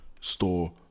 store